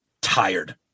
tired